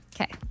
okay